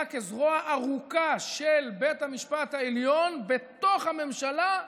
כזרוע ארוכה של בית המשפט העליון בתוך הממשלה,